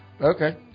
Okay